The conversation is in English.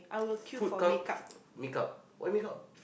food come f~ make-up why make-up